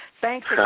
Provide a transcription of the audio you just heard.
Thanks